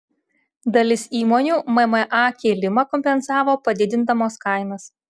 dalis įmonių mma kėlimą kompensavo padidindamos kainas